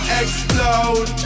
explode